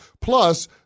Plus